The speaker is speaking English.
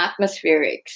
atmospherics